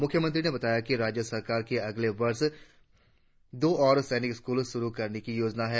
मुख्यमंत्री ने बताया कि राज्य सरकार की अगले वर्ष दो और सैनिक स्कूल शुरु करने की योजना है